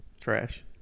Trash